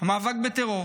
המאבק בטרור